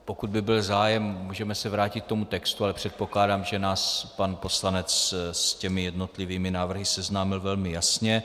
Pokud by byl zájem, můžeme se vrátit k tomu textu, ale předpokládám, že nás pan poslanec s těmi jednotlivými návrhy seznámil velmi jasně.